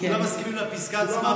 כולם מסכימים לפסקה עצמה,